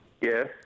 Yes